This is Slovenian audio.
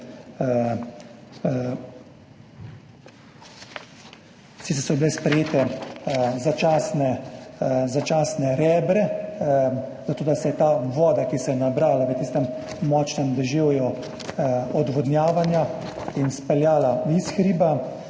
sicer so bila sprejeta začasna rebra, da se je ta voda, ki se je nabrala v tistem močnem deževju, odvodnjavala in speljala s hriba.